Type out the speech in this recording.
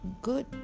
Good